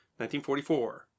1944